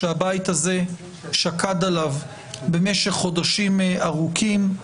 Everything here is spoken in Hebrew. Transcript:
שהבית הזה שקד עליו במשך חודשים ארוכים.